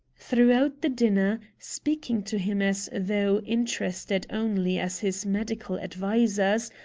throughout the dinner, speaking to him as though, interested only as his medical advisers,